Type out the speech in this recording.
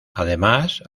además